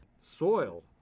soil